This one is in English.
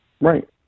Right